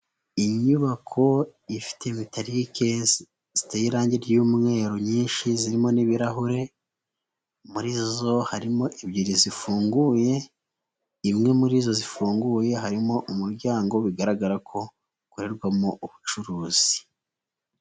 Inyubako ifite metarike ziteye irangi ry'umweru nyinshi zirimo n'ibirahure, muri zo harimo ebyiri zifunguye imwe muri zo zifunguye harimo umuryango bigaragara ko ukorerwamo ubucuruzi.